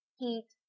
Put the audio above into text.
heat